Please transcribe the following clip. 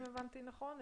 אם הבנתי נכון,